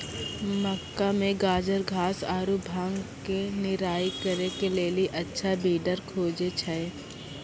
मक्का मे गाजरघास आरु भांग के निराई करे के लेली अच्छा वीडर खोजे छैय?